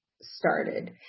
started